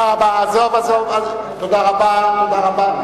תודה רבה.